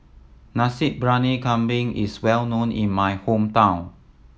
Nasi Briyani Kambing is well known in my hometown